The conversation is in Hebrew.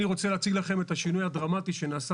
אני רוצה להציג לכם את השינוי הדרמטי שנעשה